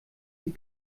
die